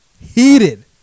heated